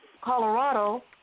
Colorado